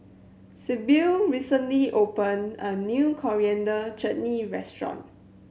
Sybil recently opened a new Coriander Chutney restaurant